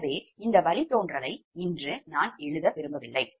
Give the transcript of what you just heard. எனவே இந்த வழித்தோன்றல் இன்று எழுத நான் விரும்பவில்லை